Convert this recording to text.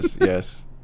yes